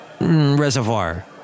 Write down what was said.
Reservoir